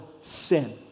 Sin